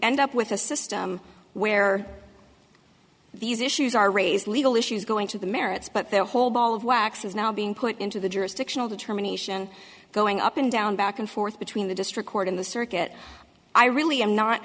end up with a system where these issues are raised legal issues going to the merits but the whole ball of wax is now being put into the jurisdictional determination going up and down back and forth between the district court in the circuit i really am not